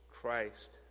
Christ